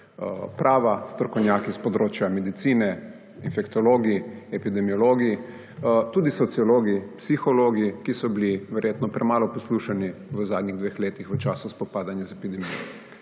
prava, strokovnjaki s področja medicine, infektologi, epidemiologi, tudi sociologi, psihologi, ki so bili verjetno premalo poslušani v zadnjih dveh letih v času spopadanja z epidemijo.